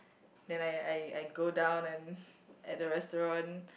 then I I I go down and at the restaurant